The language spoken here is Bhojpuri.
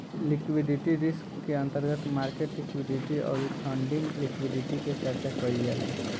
लिक्विडिटी रिस्क के अंतर्गत मार्केट लिक्विडिटी अउरी फंडिंग लिक्विडिटी के चर्चा कईल जाला